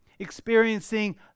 experiencing